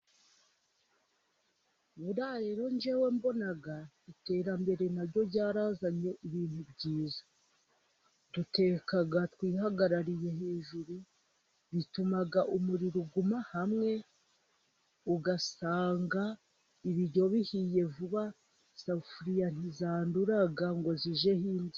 Buriya rero njyewe mbona iterambere na ryo ryarazanye ibintu byiza. Duteka twihagarariye hejuru, bituma umuriro uguma hamwe ugasanga ibiryo bihiye vuba, isafuriya ntizandura ngo zijyeho imbyiro.